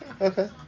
Okay